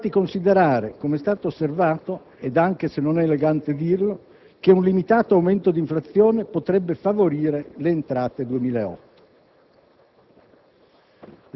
Bisogna infatti considerare, come è stato osservato, anche se non è elegante dirlo, che un limitato aumento di inflazione potrebbe favorire le entrate 2008.